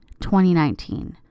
2019